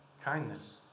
kindness